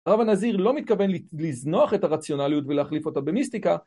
רב הנזיר לא מתכוון לזנוח את הרציונליות ולהחליף אותה במיסטיקה.